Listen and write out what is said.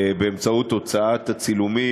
באמצעות הוצאת הצילומים,